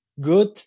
good